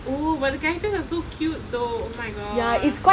oh but the character are so cute though oh my god